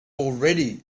already